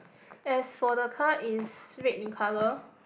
as for the car is red in colour